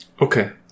Okay